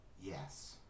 Yes